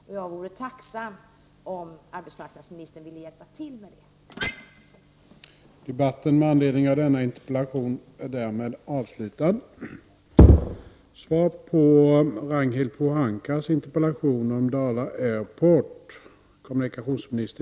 Och jag vore tacksam om arbetsmarknadsministern ville hjälpa till med det.